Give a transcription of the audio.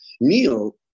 Neil